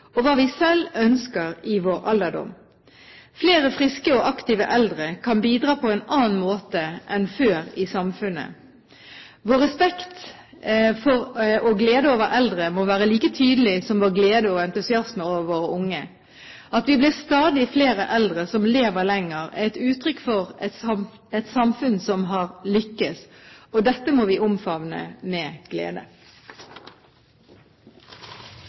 og hva vi selv ønsker i vår alderdom. Flere friske og aktive eldre kan bidra på en annen måte enn før i samfunnet. Vår respekt for og glede over eldre må være like tydelig som vår glede og entusiasme over våre unge. At vi blir stadig flere eldre som lever lenger, er et uttrykk for et samfunn som har lyktes, og dette må vi omfavne med glede.